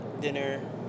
dinner